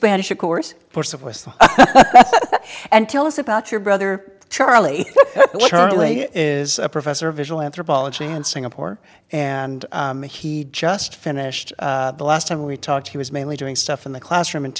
spanish of course first of course and tell us about your brother charlie charlie is a professor of visual anthropology and singapore and he just finished the last time we talked he was mainly doing stuff in the classroom and